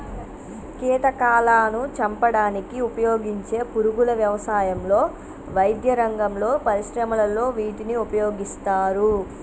కీటకాలాను చంపడానికి ఉపయోగించే పురుగుల వ్యవసాయంలో, వైద్యరంగంలో, పరిశ్రమలలో వీటిని ఉపయోగిస్తారు